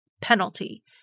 penalty